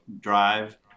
Drive